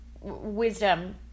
wisdom